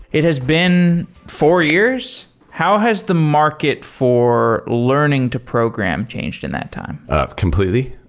it has been four years. how has the market for learning to program changed in that time? ah completely.